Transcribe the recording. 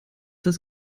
das